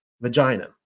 vagina